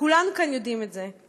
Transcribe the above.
וכולנו כאן יודעים את זה.